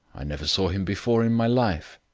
i never saw him before in my life.